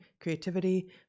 creativity